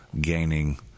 gaining